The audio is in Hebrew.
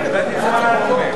סעיף 34, משרד התשתיות הלאומיות,